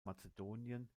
mazedonien